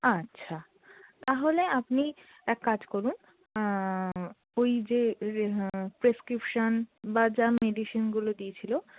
আচ্ছা তাহলে আপনি এক কাজ করুন ওই যে প্রেসক্রিপশান বা যা মেডিসিনগুলো দিয়েছিলো